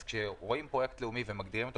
אז כשרואים פרויקט לאומי ומגדירים אותו